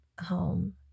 home